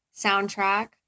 soundtrack